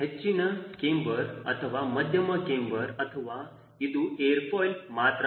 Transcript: ಹೆಚ್ಚಿನ ಕ್ಯಾಮ್ಬರ್ ಅಥವಾ ಮಧ್ಯಮ ಕ್ಯಾಮ್ಬರ್ ಅಥವಾ ಇದು ಏರ್ ಫಾಯಿಲ್ ಮಾತ್ರನಾ